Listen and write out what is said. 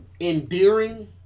endearing